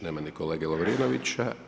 Nema ni kolege Lovrinovića.